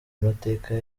amateka